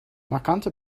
markante